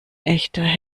echter